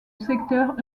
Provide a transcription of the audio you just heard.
secteur